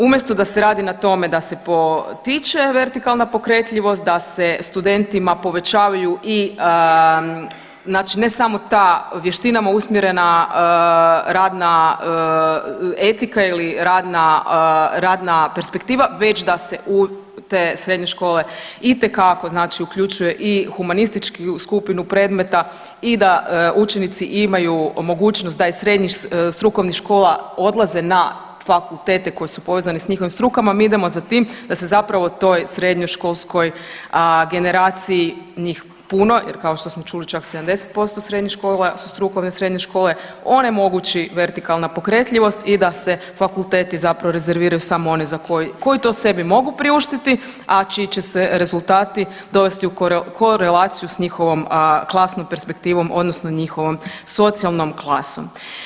Umjesto da se radi na tome da se potiče vertikalna pokretljivost, da se studentima povećavaju i znači ne samo ta vještinama usmjerena radna etika ili radna perspektiva već da se u te srednje škole itekako znači uključuje i humanističku skupinu predmeta i da učenici imaju mogućnost da iz srednjih strukovnih škola odlaze na fakultete koji su povezani sa njihovim strukama mi idemo za tim da se zapravo toj srednjoškolskoj generaciji njih puno, jer kao što smo čuli čak 70% srednjih škola su strukovne srednje škole onemogući vertikalna pokretljivost i da se fakulteti zapravo rezerviraju samo oni koji to sebi mogu priuštiti, a čiji će se rezultati dovesti u korelaciju sa njihovom klasnom perspektivom odnosno njihovom socijalnom klasom.